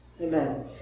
Amen